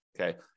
Okay